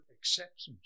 acceptance